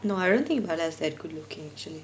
no I don't think bala is that good-looking actually